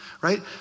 right